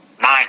nine